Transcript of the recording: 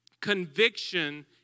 Conviction